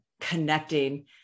connecting